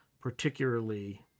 particularly